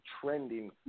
trending